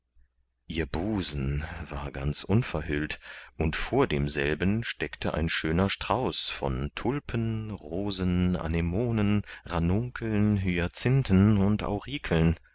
ihr busen war ganz unverhüllt und vor demselben steckte ein schöner strauß von tulpen rosen anemonen ranunkeln hyacinthen und